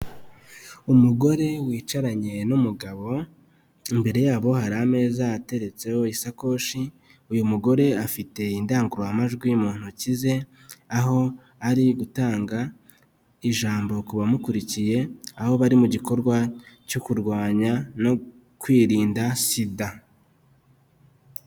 Umugore wicaranye n'umugabo imbere yabo hari ameza ateretseho isakoshi, uyu mugore afite indangururamajwi mu ntoki ze, aho ari gutanga ijambo kubamukurikiye, aho bari mu gikorwa cyo kurwanya no kwirinda sida,